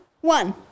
one